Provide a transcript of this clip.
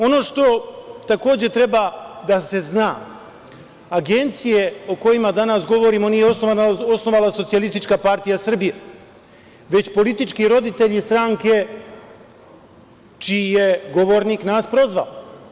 Ono što takođe treba da se zna, agencije o kojima sada govorimo nije osnovala SPS, već politički roditelji stranke čiji je govornik nas prozvao.